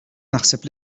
naħseb